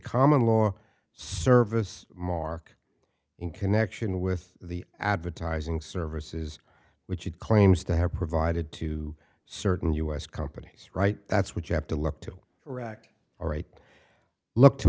common law service mark in connection with the advertising services which it claims to have provided to certain u s companies right that's what you have to look to correct or right look to